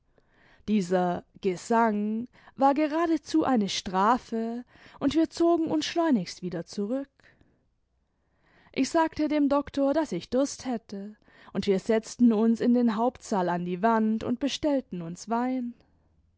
dieser gesang war geradezu eine strafe und wir zogen ims schleunigst wieder zurück ich sagte dem doktor daß ich durst hätte imd wir setzten uns in den hauptsaal an die wand imd bestellten uns wein